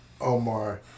Omar